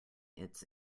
its